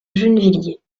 gennevilliers